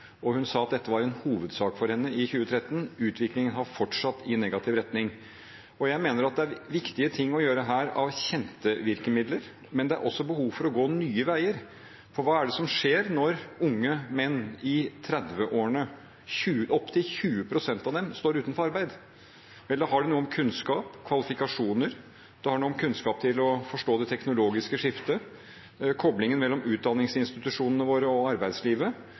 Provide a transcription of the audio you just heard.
Hun sa at dette var en hovedsak for henne i 2013. Utviklingen har fortsatt i negativ retning. Jeg mener det er viktige ting å gjøre her med kjente virkemidler, men det er også behov for å gå nye veier. For hva skjer når unge menn i 30-årene – opptil 20 pst. av dem – står uten arbeid? Har det noe med kunnskap og kvalifikasjoner å gjøre? Det har noe med kunnskap til å forstå det teknologiske skiftet å gjøre, koblingen mellom utdanningsinstitusjonene våre og arbeidslivet